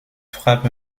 frappe